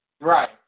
Right